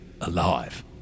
alive